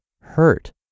hurt